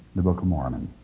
the book of mormon